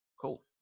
Cool